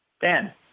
Dan